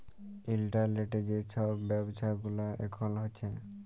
ইলটারলেটে যে ছব ব্যাব্ছা গুলা এখল হ্যছে